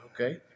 Okay